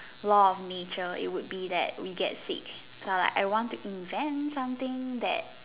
law of nature it would be that we get sick so I like want to invent something that